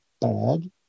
bad